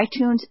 iTunes